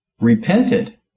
repented